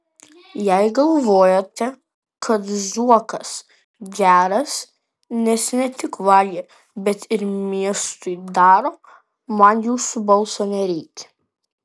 jei galvojate kad zuokas geras nes ne tik vagia bet ir miestui daro man jūsų balso nereikia